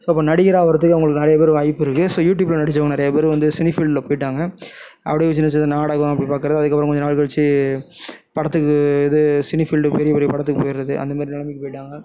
so அப்போ நடிகர் ஆகறதுக்கு அவங்களுக்கு நிறையா பேருக்கு வாய்ப்பு இருக்கு ஸோ யூடியூப் நடித்தவுங்க நிறையா பேர் வந்து சினி ஃபீல்டில் போயிட்டாங்க அப்படியே சின்ன சின்ன நாடகம் அப்படி பார்க்குறது அதுக்கு அப்பறம் கொஞ்சம் நாள் கழிச்சு படத்துக்கு இது சினி ஃபீல்ட் பெரிய பெரிய படத்துக்கு போயிடறது அந்தமாதிரி நிலமைக்கு போயிட்டாங்க